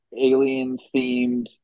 alien-themed